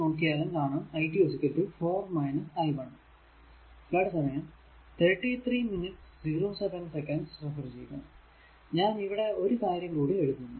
നോക്കിയാൽ കാണാം i2 4 i 1 ഞാൻ ഇവിടെ ഒരു കാര്യം കൂടെ എഴുതുന്നു